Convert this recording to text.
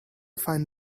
find